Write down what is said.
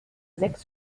sechs